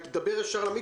כלומר דמי הביטול,